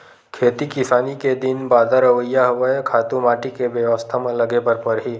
खेती किसानी के दिन बादर अवइया हवय, खातू माटी के बेवस्था म लगे बर परही